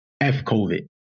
F-COVID